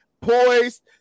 poised